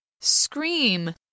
Scream